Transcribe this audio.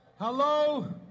Hello